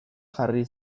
jarri